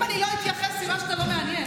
אם אני לא אתייחס, סימן שאתה לא מעניין.